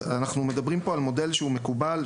אנחנו מדברים פה על מודל שהוא מקובל,